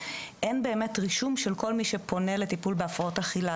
אין באמת רישום של כל מי שפונה לטיפול בהפרעות אכילה,